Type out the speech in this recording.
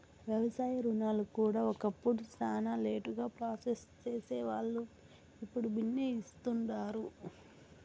వ్యవసాయ రుణాలు కూడా ఒకప్పుడు శానా లేటుగా ప్రాసెస్ సేసేవాల్లు, ఇప్పుడు బిన్నే ఇస్తుండారు